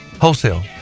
wholesale